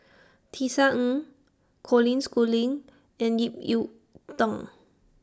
Tisa Ng Colin Schooling and Ip Yiu Tung